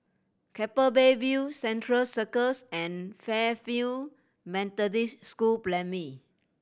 Keppel Bay View Central Circus and Fairfield Methodist School Primary